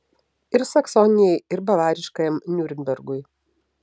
ir saksonijai ir bavariškajam niurnbergui